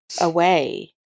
away